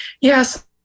Yes